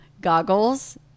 Goggles